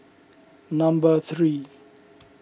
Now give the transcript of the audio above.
number three